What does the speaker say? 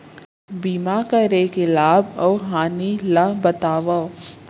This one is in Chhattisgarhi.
बीमा करे के लाभ अऊ हानि ला बतावव